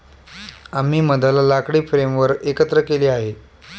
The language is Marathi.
आम्ही मधाला लाकडी फ्रेमवर एकत्र केले आहे